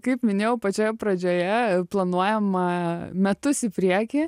kaip minėjau pačioje pradžioje planuojama metus į priekį